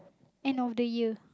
end of the year